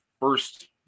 first